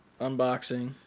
unboxing